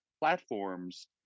platforms